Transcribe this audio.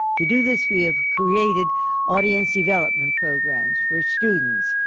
to do this, we have created audience development programs for students.